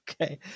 Okay